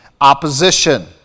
opposition